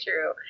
true